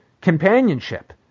companionship